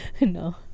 No